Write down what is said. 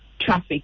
Traffic